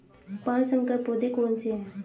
पाँच संकर पौधे कौन से हैं?